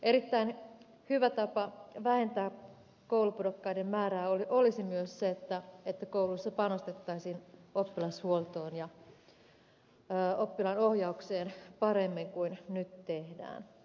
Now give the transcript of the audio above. erittäin hyvä tapa vähentää koulupudokkaiden määrää olisi myös se että kouluissa panostettaisiin oppilashuoltoon ja oppilaanohjaukseen paremmin kuin nyt tehdään